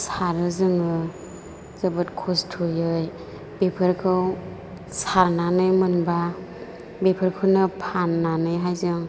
सारो जोङो जोबोद खस्थ'यै बेफोरखौ सारनानै मोनोबा बेफोरखोनो फाननानैहाय जों